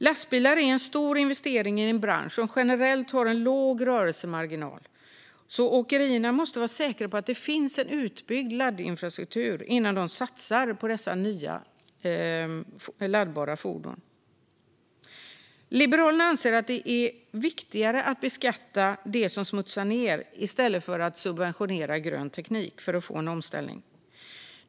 Lastbilar är en stor investering i en bransch som generellt har en låg rörelsemarginal, så åkerierna måste vara säkra på att det finns en utbyggd laddinfrastruktur innan de satsar på nya laddbara fordon. Liberalerna anser att det är viktigare att beskatta det som smutsar ned än att subventionera grön teknik för att få en omställning.